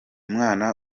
mwana